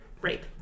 rape